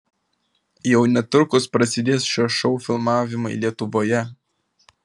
jau netrukus prasidės šio šou filmavimai lietuvoje